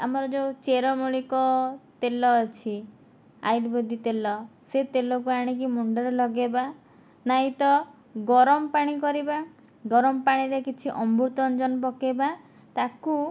ଆମର ଯେଉଁ ଚେରମୂଳି ତେଲ ଅଛି ଆୟୁର୍ବେଦ ତେଲ ସେ ତେଲକୁ ଆଣିକି ମୁଣ୍ଡରେ ଲଗାଇବା ନାଇଁ ତ ଗରମ ପାଣି କରିବା ଗରମ ପାଣିରେ କିଛି ଅମୃତାଞ୍ଜନ ପକାଇବା ତାକୁ